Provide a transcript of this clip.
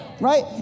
right